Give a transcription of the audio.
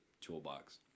toolbox